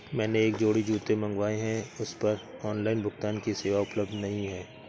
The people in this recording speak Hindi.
मैंने एक जोड़ी जूते मँगवाये हैं पर उस पर ऑनलाइन भुगतान की सेवा उपलब्ध नहीं है